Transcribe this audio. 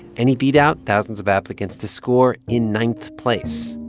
and he beat out thousands of applicants to score in ninth place.